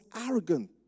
arrogant